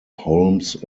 holmes